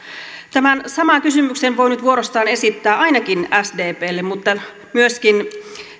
tämän saman kysymyksen voi nyt vuorostaan esittää ainakin sdplle mutta myöskin